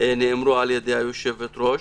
נאמרו על-ידי היושבת-ראש.